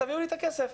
תביאו לי את הכסף.